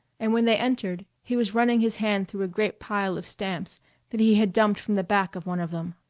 and when they entered he was running his hands through a great pile of stamps that he had dumped from the back of one of them.